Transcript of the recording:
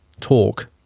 talk